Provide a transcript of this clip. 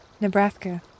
Nebraska